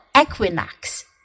Equinox